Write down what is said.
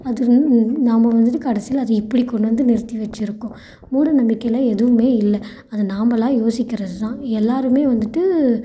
அதில் நாம் வந்துவிட்டு கடைசியில் அதை இப்படி கொண்டு வந்து நிறுத்தி வெச்சுருக்கோம் மூடநம்பிக்கைலாம் எதுவுமே இல்லை அதை நாம்மளா யோசிக்கிறது தான் எல்லோருமே வந்துவிட்டு